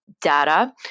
data